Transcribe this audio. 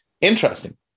Interesting